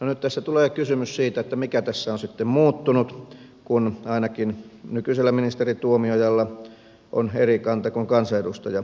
no nyt tässä tulee kysymys siitä mikä tässä on sitten muuttunut kun ainakin nykyisellä ministeri tuomiojalla on eri kanta kuin kansanedustaja tuomiojalla